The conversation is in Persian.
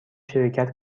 شرکت